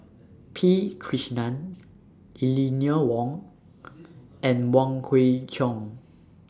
P Krishnan Eleanor Wong and Wong Kwei Cheong